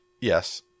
Yes